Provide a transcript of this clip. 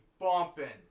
bumping